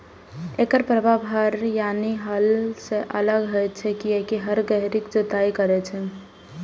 एकर प्रभाव हर यानी हल सं अलग होइ छै, कियैकि हर गहींर जुताइ करै छै